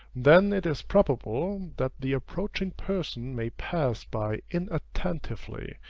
then it is probable, that the approaching person may pass by inattentively,